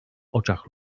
oczach